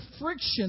friction